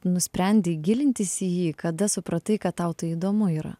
nusprendei gilintis į jį kada supratai kad tau tai įdomu yra